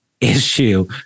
issue